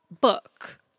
book